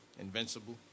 invincible